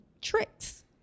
tricks